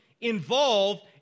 involved